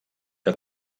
que